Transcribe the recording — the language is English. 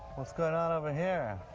what's going on over here?